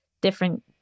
different